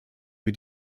wir